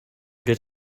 get